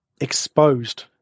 exposed